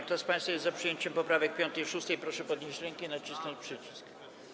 Kto z państwa jest za przyjęciem poprawek 5. i 6., proszę podnieść rękę i nacisnąć przycisk.